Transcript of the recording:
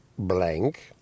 blank